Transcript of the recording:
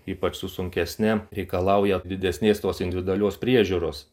ypač su sunkesne reikalauja didesnės tos individualios priežiūros